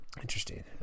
Interesting